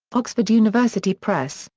oxford university press,